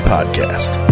Podcast